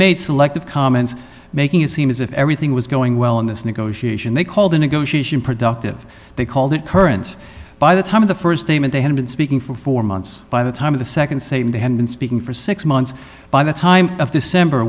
made selective comments making it seem as if everything was going well in this negotiation they called the negotiation productive they called it current by the time of the first game and they had been speaking for four months by the time of the second same they had been speaking for six months by the time of december